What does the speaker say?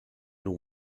know